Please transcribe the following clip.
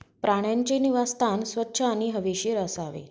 प्राण्यांचे निवासस्थान स्वच्छ आणि हवेशीर असावे